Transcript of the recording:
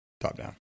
top-down